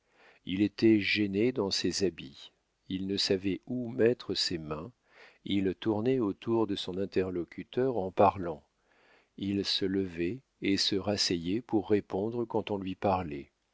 il était gêné dans ses habits il ne savait où mettre ses mains il tournait autour de son interlocuteur en parlant il se levait et se rasseyait pour répondre quand on lui parlait